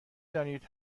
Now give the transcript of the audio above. دانید